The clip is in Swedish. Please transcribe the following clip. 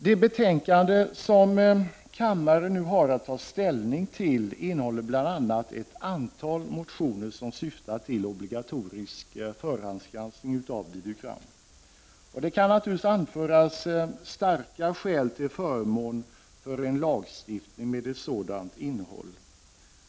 Det betänkande som kammaren nu har att ta ställning till innehåller bl.a. ett antal motioner som syftar till obligatorisk förhandsgranskning av videogram. Det kan naturligtvis anföras starka skäl till förmån för en lagstiftning med ett sådant innehåll.